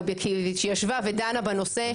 אובייקטיבית שישבה ודנה בנושא,